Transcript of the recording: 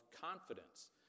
confidence